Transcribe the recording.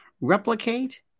replicate